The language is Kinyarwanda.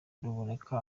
ruboneka